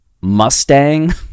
Mustang